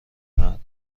مردم